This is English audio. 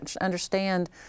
understand